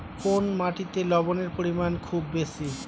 কোন মাটিতে লবণের পরিমাণ খুব বেশি?